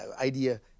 idea